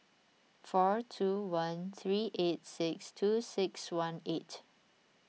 four two one three eight six two six one eight